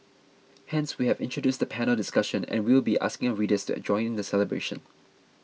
hence we have introduced the panel discussion and will be asking our readers to join in the celebration